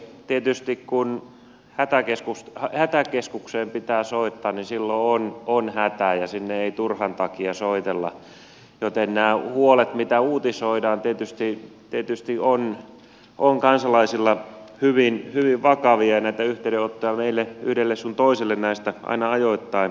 tietysti kun hätäkeskukseen pitää soittaa silloin on hätä ja sinne ei turhan takia soitella joten nämä huolet mitä uutisoidaan tietysti ovat kansalaisilla hyvin vakavia ja näitä yhteydenottoja meille yhdelle sun toiselle näistä aina ajoittain tulee